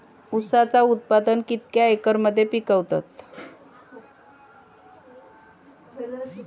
ऊसाचा उत्पादन कितक्या एकर मध्ये पिकवतत?